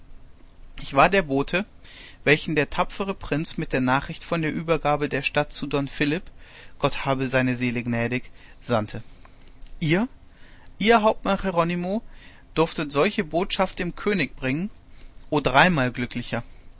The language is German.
ich war der bote welchen der tapfere prinz mit der nachricht von der übergabe der stadt zu don philipp gott habe seine seele gnädig sandte ihr ihr hauptmann jeronimo durftet solche botschaft dem könig bringen o dreimal glücklicher